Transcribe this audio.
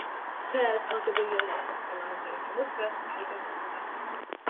ts lkd į europos parlamento rinkimus ves algirdas saudargas